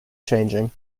changing